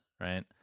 right